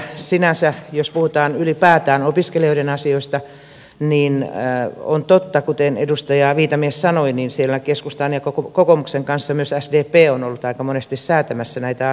sinänsä jos puhutaan ylipäätään opiskelijoiden asioista niin on totta kuten edustaja viitamies sanoi että siellä keskustan ja kokoomuksen kanssa myös sdp on ollut aika monesti säätämässä näitä asioita